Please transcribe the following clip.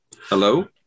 Hello